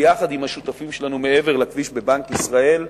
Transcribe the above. יחד עם השותפים שלנו מעבר לכביש בבנק ישראל,